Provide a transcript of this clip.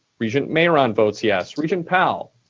regent mayeron votes yes. regent powell?